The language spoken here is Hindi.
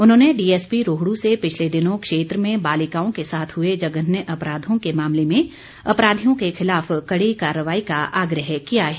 उन्होंने डीएसपी रोहड् से पिछले दिनों क्षेत्र में बालिकाओं के साथ हुए जघन्य अपराधों के मामले में अपराधियों के खिलाफ कड़ी कार्रवाई का आग्रह किया है